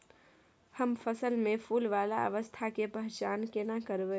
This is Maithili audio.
हम फसल में फुल वाला अवस्था के पहचान केना करबै?